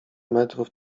metrów